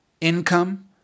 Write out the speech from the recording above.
income